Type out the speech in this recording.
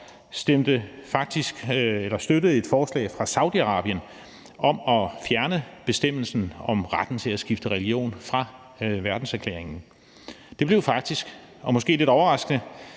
faktisk et forslag fra Saudi-Arabien om at fjerne bestemmelsen om retten til at skifte religion fra verdenserklæringen. Det blev faktisk og måske lidt overraskende,